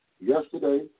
Yesterday